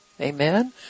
Amen